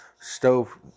stove